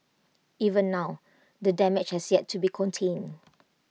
even now the damage has yet to be contained